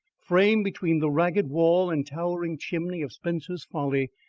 framed between the ragged wall and towering chimney of spencer's folly,